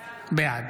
בעד